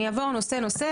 אני אעבור נושא-נושא,